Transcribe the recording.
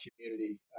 community